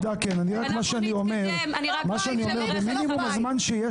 זה לא הבית שלי וזה לא בית.